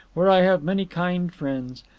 where i have many kind friends.